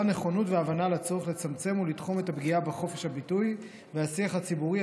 נכונות והבנה לצורך לצמצם ולתחום את הפגיעה בחופש הביטוי והשיח הציבורי,